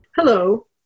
Hello